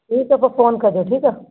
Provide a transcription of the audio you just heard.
जी त पोइ फ़ोन कजो ठीकु आहे